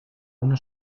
una